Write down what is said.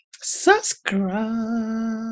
subscribe